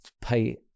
pay